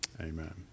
Amen